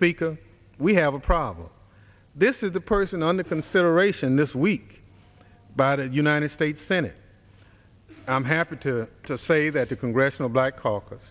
speaker we have a problem this is the person under consideration this week by the united states senate i'm happy to say that the congressional black caucus